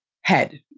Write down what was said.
head